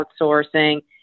outsourcing